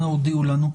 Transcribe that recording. אנא הודיעו לנו.